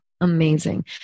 amazing